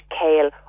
kale